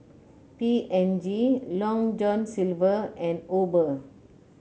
P and G Long John Silver and Uber